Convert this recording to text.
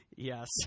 Yes